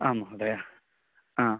आं महोदय